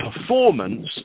performance